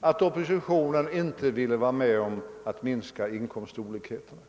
att oppositionen inte ville vara med om att minska inkomstolikheterna!